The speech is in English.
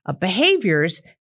behaviors